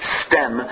stem